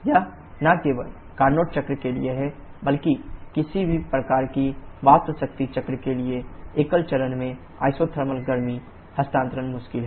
यह न केवल कार्नोट चक्र के लिए है बल्कि किसी भी प्रकार की वाष्प शक्ति चक्र के लिए एकल चरण में आइसोथर्मल गर्मी हस्तांतरण मुश्किल है